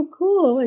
cool